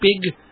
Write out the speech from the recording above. big